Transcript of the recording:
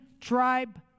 tribe